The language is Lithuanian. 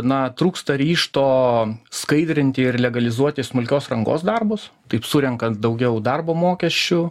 na trūksta ryžto skaidrinti ir legalizuoti smulkios rangos darbus taip surenkant daugiau darbo mokesčių